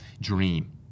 dream